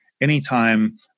anytime